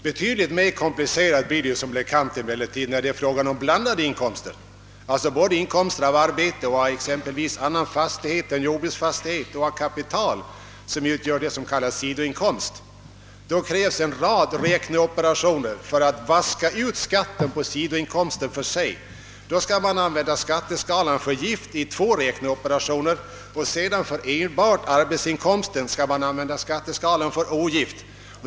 Betydligt mer komplicerat blir det emellertid när det är fråga om blandade inkomster, alltså inkomster av både arbete och av annan fastighet än jordbruksfastighet och av kapital, som utgör så kallade sidoinkomster. Då krävs en rad räkneoperationer för att vaska ut skatten på sidoinkomsten för sig. Man skall använda skatteskalan för gift i två räkneoperationer och sedan — för enbart arbetsinkomsten — skatteskalan för ogift.